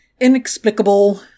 inexplicable